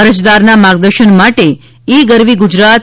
અરજદારના માર્ગદર્શન માટે ઈ ગરવી ગ્જરાત